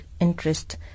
interest